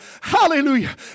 hallelujah